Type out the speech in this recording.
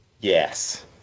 Yes